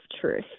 truth